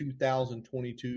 2022